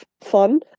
fun